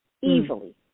easily